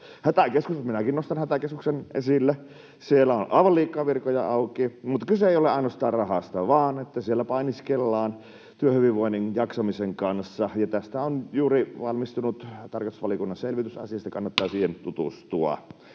odottavat. Minäkin nostan Hätäkeskuksen esille. Siellä on aivan liikaa virkoja auki, mutta kyse ei ole ainoastaan rahasta, vaan siellä painiskellaan työhyvinvoinnin, jaksamisen kanssa. Tästä on juuri valmistunut tarkastusvaliokunnan selvitys, kannattaa siihen tutustua.